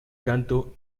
canto